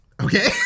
Okay